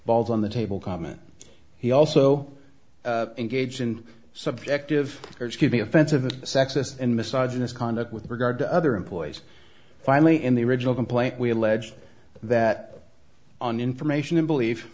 balls on the table comment he also engaged in subjective or excuse me offensive a sexist and massage misconduct with regard to other employees finally in the original complaint we alleged that on information and belief